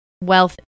wealth